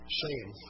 shame